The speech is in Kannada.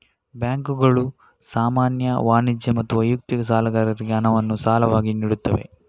ಬ್ಯಾಂಕುಗಳು ಸಾಮಾನ್ಯ, ವಾಣಿಜ್ಯ ಮತ್ತು ವೈಯಕ್ತಿಕ ಸಾಲಗಾರರಿಗೆ ಹಣವನ್ನು ಸಾಲವಾಗಿ ನೀಡುತ್ತವೆ